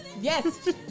Yes